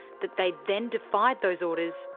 that they then defied those orders,